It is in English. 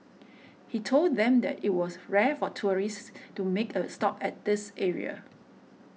he told them that it was rare for tourists to make a stop at this area